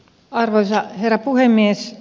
arvoisa herra puhemies